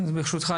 ברשותך,